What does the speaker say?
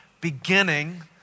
beginning